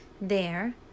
There